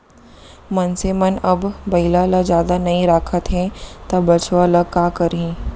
मनसे मन अब बइला ल जादा नइ राखत हें त बछवा ल का करहीं